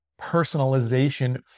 personalization